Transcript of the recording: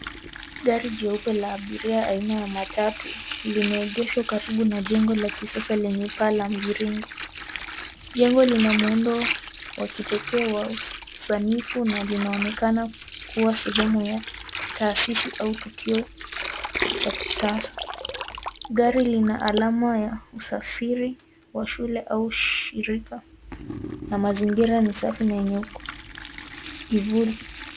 Gari jeupe la abiria aina ya matatu limeegeshwa karibu na jengo la kisasa lenye paa la mviringo. Jengo lina muundo wa kipekee wa usanifu na linaonekana kuwa sehemu ya taasisi au tukio cha kisasa. Gari lina alama ya usafiri wa shule au shirika na mazingira ni safi na yenye kivuli.